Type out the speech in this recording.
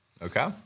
Okay